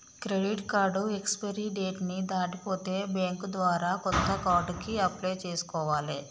credit card expiry date ని దాటిపోతే bank ద్వారా కొత్త కార్డుకి అప్లై చేసుకోవాలే